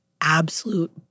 absolute